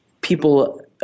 people